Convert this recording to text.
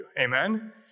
amen